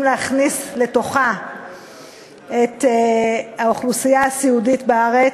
להכניס לתוכה את האוכלוסייה הסיעודית בארץ,